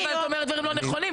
אבל את אומרת דברים לא נכונים.